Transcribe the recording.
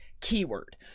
keyword